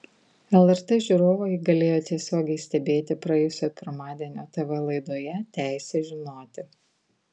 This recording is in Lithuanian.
lrt žiūrovai galėjo tiesiogiai stebėti praėjusio pirmadienio tv laidoje teisė žinoti